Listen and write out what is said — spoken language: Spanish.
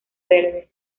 verde